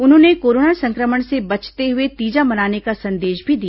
उन्होंने कोरोना संक्रमण से बचते हुए तीजा मनाने का संदेश भी दिया